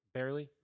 Barely